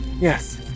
Yes